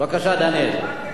בבקשה, דניאל.